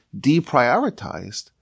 deprioritized